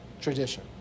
Tradition